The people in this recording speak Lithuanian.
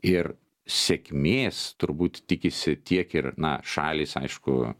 ir sėkmės turbūt tikisi tiek ir na šalys aišku